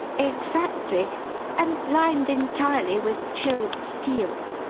exactly and lined entirely with chilled steel.